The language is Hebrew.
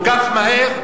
כל כך מהר,